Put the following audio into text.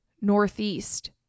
Northeast